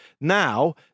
Now